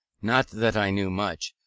not that i knew much,